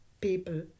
people